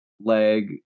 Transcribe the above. leg